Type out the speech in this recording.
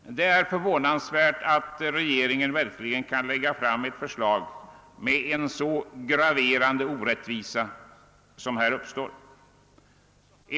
Det är förvånansvärt att regeringen verkligen kan lägga fram ett förslag med en så graverande orättvisa som den som här uppstår.